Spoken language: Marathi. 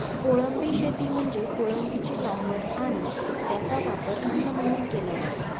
कोळंबी शेती म्हणजे कोळंबीची लागवड आणि त्याचा वापर अन्न म्हणून केला जातो